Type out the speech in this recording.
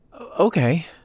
Okay